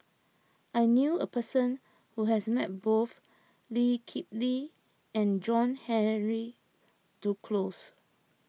I knew a person who has met both Lee Kip Lee and John Henry Duclos